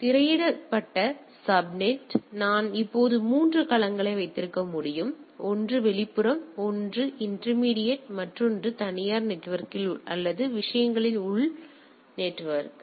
எனவே ஒரு திரையிடப்பட்ட சப்நெட் எனவே நான் இப்போது 3 களங்களை வைத்திருக்க முடியும் ஒன்று வெளிப்புறம் ஒன்று இன்டர்மீடியட் மற்றும் மற்றொன்று தனியார் நெட்வொர்க்கில் அல்லது விஷயங்களில் உள்ள உள் நெட்வொர்க்